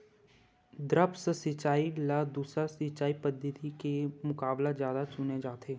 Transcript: द्रप्स सिंचाई ला दूसर सिंचाई पद्धिति के मुकाबला जादा चुने जाथे